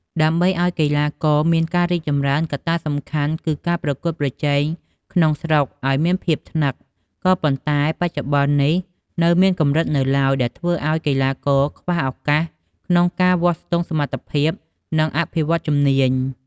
ដើម្បីឱ្យកីឡាករមានការរីកចម្រើន កត្តាសំខាន់គឺការប្រកួតប្រជែងក្នុងស្រុកឲ្យមានភាពថ្នឹក ក៏ប៉ុន្តែបច្ចុប្បន្ននេះនៅមានកម្រិតនៅឡើយ ដែលធ្វើឱ្យកីឡាករខ្វះឱកាសក្នុងការវាស់ស្ទង់សមត្ថភាព និងអភិវឌ្ឍជំនាញ។